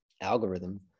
algorithm